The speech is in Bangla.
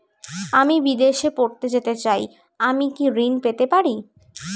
আমি বিদেশে পড়তে যেতে চাই আমি কি ঋণ পেতে পারি?